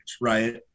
right